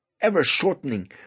ever-shortening